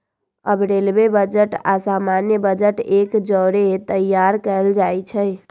अब railway budget आऽ सामान्य बजट एक जौरे तइयार कएल जाइ छइ